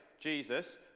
Jesus